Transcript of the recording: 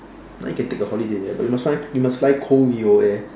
now you can take a holiday there but you must find you must fly Koryo air